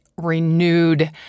renewed